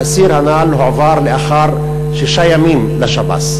האסיר הנ"ל הועבר לאחר שישה ימים לשב"ס.